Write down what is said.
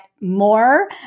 more